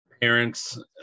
parents